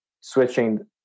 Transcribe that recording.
switching